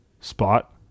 spot